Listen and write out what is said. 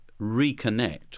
reconnect